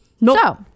No